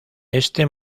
este